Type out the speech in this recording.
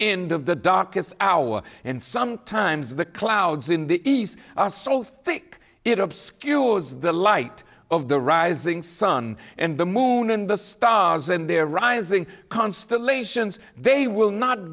end of the darkest hour and sometimes the clouds in the east are so thick it obscures the light of the rising sun and the moon and the stars and their rising constellations they will not